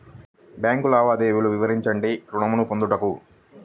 Bank లావాదేవీలు వివరించండి ఋణము పొందుటకు?